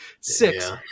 six